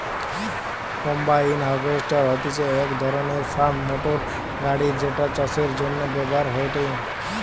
combine harvester হতিছে এক ধরণের ফার্ম মোটর গাড়ি যেটা চাষের জন্য ব্যবহার হয়েটে